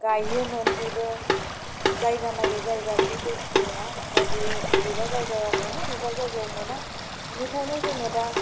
गायोमोन बेबो जायगा नायै जायगासो दै खुलुङा दा बे बबेबा जायगायाव मोनो बबेबा जायगायाव मोना बेनिखायनो जोङो दा